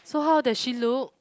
so how does she look